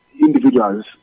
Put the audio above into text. individuals